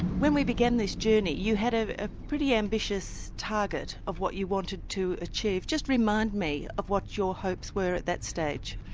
when we began this journey you had ah a pretty ambitious target of what you wanted to achieve. just remind me of what your hopes were at that stage.